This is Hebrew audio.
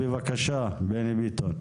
בבקשה, בני ביטון.